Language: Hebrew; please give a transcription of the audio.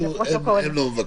אפילו הם לא מבקשים.